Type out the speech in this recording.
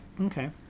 Okay